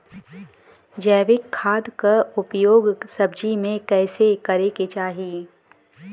जैविक खाद क उपयोग सब्जी में कैसे करे के चाही?